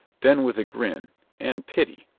then with a grin and pity.